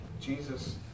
Jesus